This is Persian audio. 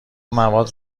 مواد